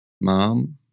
mom